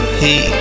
heat